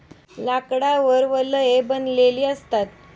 लाकडावर वलये बनलेली दिसतात